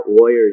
lawyers